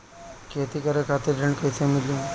खेती करे खातिर ऋण कइसे मिली?